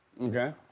Okay